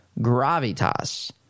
gravitas